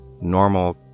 normal